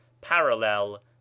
Parallel